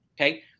Okay